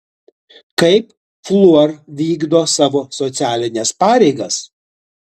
kaip fluor vykdo savo socialines pareigas